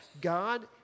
God